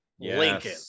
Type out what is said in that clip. Lincoln